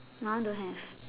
my one don't have